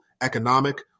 economic